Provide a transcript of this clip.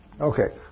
Okay